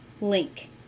link